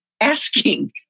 asking